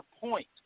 point